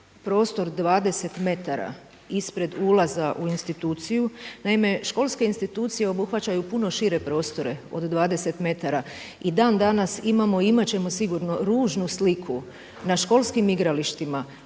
prostor 20 metara ispred ulaza u instituciju. Naime, školske institucije obuhvaćaju puno šire prostore od 20 metara. I dan danas imamo i imat ćemo sigurno ružnu sliku na školskim igralištima,